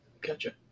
Gotcha